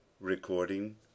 Recording